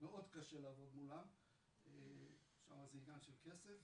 מאד קשה לעבוד מולם, שמה זה עניין של כסף.